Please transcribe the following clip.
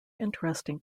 interesting